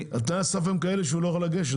תנאי הסף הם כאלה שהוא בכלל לא יכול לגשת,